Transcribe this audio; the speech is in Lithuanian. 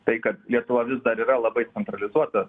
tai kad lietuva vis dar yra labai centralizuota